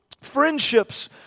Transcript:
friendships